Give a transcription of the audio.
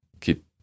keep